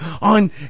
on